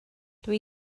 dwi